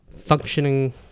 functioning